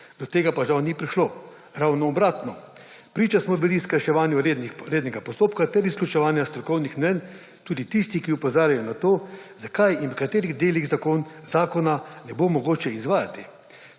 do tega pa žal ni prišlo. Ravno obratno, priča smo bili skrajševanju rednega postopka ter izključevanja strokovnih mnenj, tudi tistih, ki opozarjajo na to, zakaj in v katerih delih zakona ne bo mogoče izvajati.